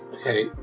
okay